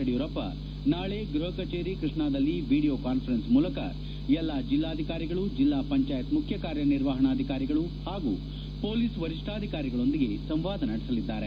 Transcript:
ಯಡಿಯೂರಪ್ಪ ನಾಳೆ ಗೃಹ ಕಚೇರಿ ಕೃಷ್ಣಾದಲ್ಲಿ ವೀಡಿಯೋ ಕಾಸ್ಫರೆನ್ಸ್ ಮೂಲಕ ಎಲ್ಲಾ ಜಿಲ್ಲಾಧಿಕಾರಿಗಳು ಜಿಲ್ಲಾ ಪಂಚಾಯತ್ ಮುಖ್ಯ ಕಾರ್ಯನಿರ್ವಹಣಾಧಿಕಾರಿಗಳು ಹಾಗೂ ಮೊಲೀಸ್ ವರಿಷ್ಠಾಧಿಕಾರಿಗಳೊಂದಿಗೆ ಸಂವಾದ ನಡೆಸಲಿದ್ದಾರೆ